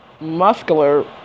muscular